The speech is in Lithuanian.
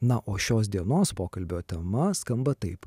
na o šios dienos pokalbio tema skamba taip